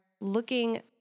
looking